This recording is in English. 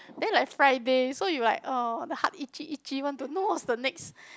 then like Friday so you like oh the heart itchy itchy want to know what's the next